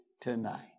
tonight